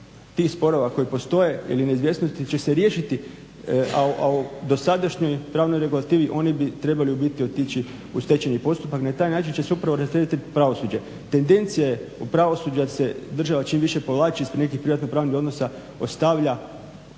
tih sporova koji postoje ili neizvjesnosti će se riješiti, a u dosadašnjoj pravnoj regulativi oni bi trebali u biti otići u stečajni postupak. Na taj način će se upravo rasteretiti pravosuđe. Tendencija je u pravosuđu da se država čim više povlači ispred nekih privatno-pravnih odnosa, ostavlja,